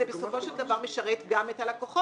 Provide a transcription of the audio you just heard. בסופו של דבר זה משרת גם את הלקוחות,